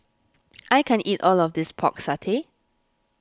I can't eat all of this Pork Satay